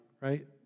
right